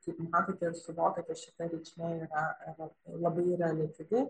kaip matote ir suvokiate šita reikšmė yra re labai releatyvi